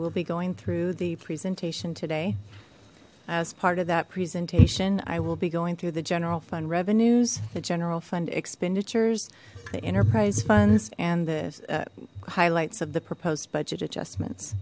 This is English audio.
will be going through the presentation today as part of that presentation i will be going through the general fund revenues the general fund expenditures the enterprise funds and the highlights of the proposed budget adjustments